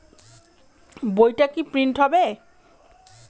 বইটা কি প্রিন্ট হবে?